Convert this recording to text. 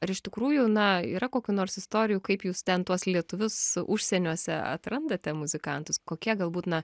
ar iš tikrųjų na yra kokių nors istorijų kaip jūs ten tuos lietuvius užsieniuose atrandate muzikantus kokie galbūt na